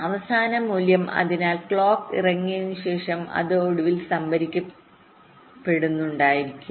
അവസാന മൂല്യം അതിനാൽ ക്ലോക്ക് ഇറങ്ങിയതിനുശേഷം അത് ഒടുവിൽ സംഭരിക്കപ്പെടുന്ന മൂല്യമായിരിക്കും